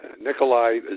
Nikolai